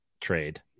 trade